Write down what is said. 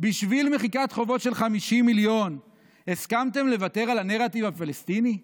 בשביל מחיקת חובות של 50 מיליון הסכמתם לוותר על הנרטיב הפלסטיני?